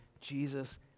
Jesus